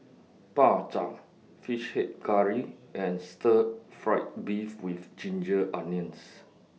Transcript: Bak Chang Fish Head Curry and Stir Fry Beef with Ginger Onions